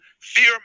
Fear